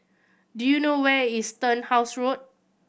do you know where is Turnhouse Road